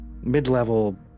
mid-level